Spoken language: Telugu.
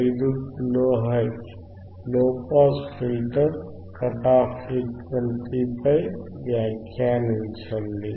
5 kilohertz low pass filter cut off frequency పై వ్యాఖ్యానించండి